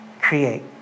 create